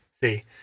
See